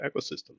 ecosystem